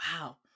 Wow